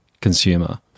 consumer